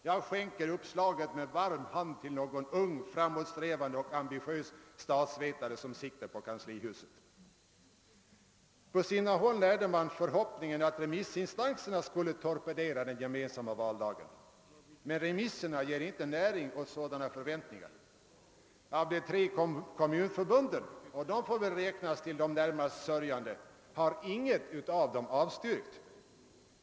Jag skänker uppslaget med varm hand till någon ung, framåtsträvande och ambitiös statsvetare som siktar på kanslihuset. På sina håll närde man förhoppningen, att remissinstanserna skulle torpedera den gemensamma valdagen, men remisserna ger inte näring åt sådana förväntningar. Av de tre kommunförbunden — och de får dock räknas till de närmast sörjande — har inget avstyrkt.